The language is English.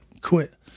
quit